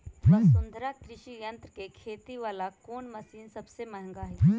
वसुंधरा कृषि यंत्र के खेती वाला कोन मशीन सबसे महंगा हई?